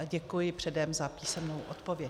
Děkuji předem za písemnou odpověď.